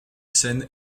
scène